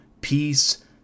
peace